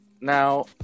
Now